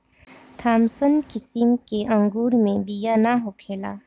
Thompson किसिम के अंगूर मे बिया ना होखेला